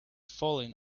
falling